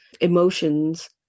emotions